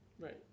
Right